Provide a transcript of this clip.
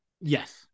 Yes